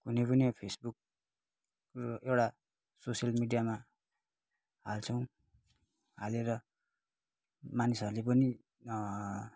कुनै पनि फेसबुक एउट एउटा सोसियल मिडियामा हाल्छौँ हालेर मानिसहरूले पनि